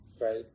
right